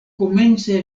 komence